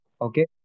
okay